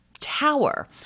Tower